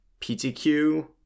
PTQ